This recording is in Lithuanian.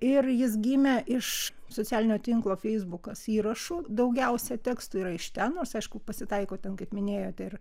ir jis gimė iš socialinio tinklo feisbukas įrašų daugiausia tekstų yra iš ten nors aišku pasitaiko ten kaip minėjote ir